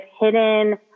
hidden